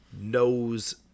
knows